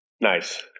Nice